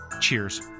Cheers